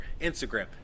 Instagram